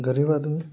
गरीब आदमी